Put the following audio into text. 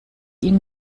ihm